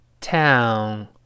town